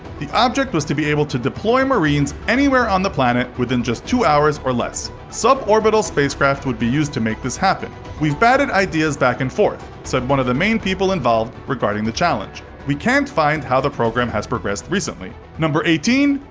the object was to be able to deploy marines anywhere on the planet within just two hours or less. suborbital spacecraft would be used to make this happen. we've batted ideas back and forth, said one of the main people involved, regarding the challenge. we can't find how the program has progressed recently. eighteen.